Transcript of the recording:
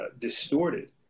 distorted